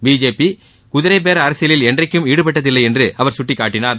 BJP குதிரைபேர அரசியலில் என்றைக்கும் ாடுபட்டதில்லை என்று அவர் சுட்டிக்காட்டினார்